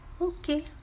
Okay